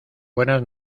buenas